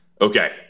Okay